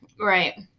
Right